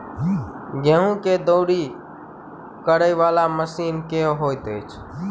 गेंहूँ केँ दौनी करै वला मशीन केँ होइत अछि?